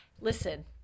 Listen